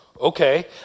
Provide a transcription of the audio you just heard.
okay